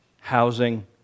housing